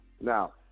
Now